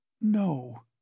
No